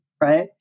right